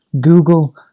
Google